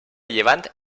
llevant